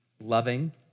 loving